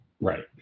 Right